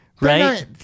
Right